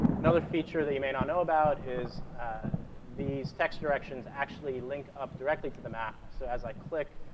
another feature that you may not know about is these text directions actually link up directly to the map, so as i click,